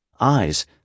eyes